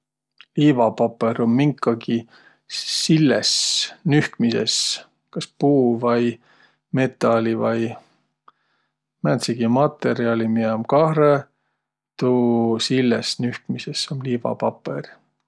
Liivapapõr um minkagi silles nühkmises. Kas puu vai metali vai määntsegi matõrjaali, miä um kahrõ, tuu silles nühkmises um liivapapõr.